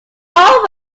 all